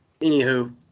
Anywho